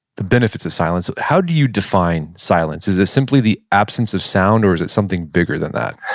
the benefits of silence, how do you define silence? is it simply the absence of sound, or is it something bigger than that?